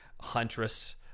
huntress